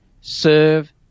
serve